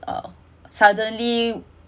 uh suddenly